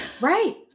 Right